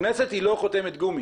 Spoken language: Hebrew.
הכנסת היא לא חותמת גומי.